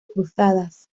cruzadas